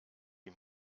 die